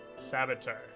Saboteur